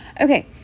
Okay